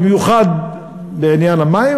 במיוחד בעניין המים,